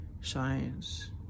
...science